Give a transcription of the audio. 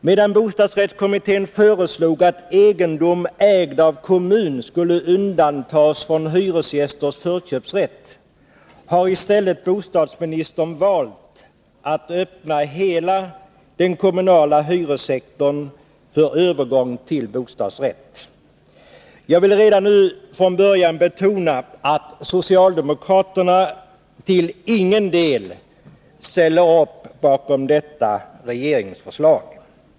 Medan bostadsrättskommittén föreslog att egendom ägd av kommun skulle undantas från hyresgästers förköpsrätt, har i stället bostadsministern valt att öppna hela den kommunala hyressektorn för övergång till bostadsrätt. Jag vill redan från början betona att socialdemokraterna till ingen del ställer upp bakom detta regeringsförslag.